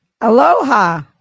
Aloha